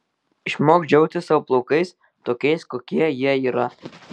išmok džiaugtis savo plaukais tokiais kokie jie yra